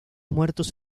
muertos